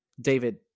David